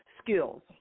skills